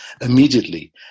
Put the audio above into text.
immediately